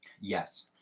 Yes